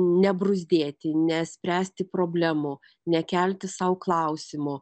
nebruzdėti nespręsti problemų nekelti sau klausimų